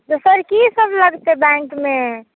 से sir कीसभ लगतै बैंकमे